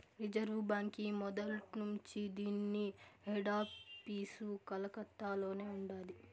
reserve బాంకీ మొదట్నుంచీ దీన్ని హెడాపీసు కలకత్తలోనే ఉండాది